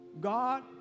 God